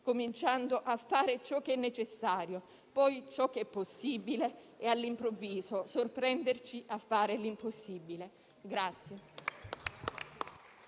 cominciando a fare ciò che è necessario, poi ciò che è possibile, all'improvviso ci sorprenderà a fare l'impossibile.